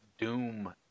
Doom